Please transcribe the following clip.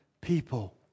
people